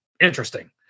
interesting